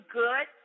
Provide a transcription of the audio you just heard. good